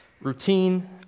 routine